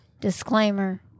Disclaimer